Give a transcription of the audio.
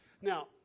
Now